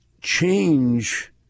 change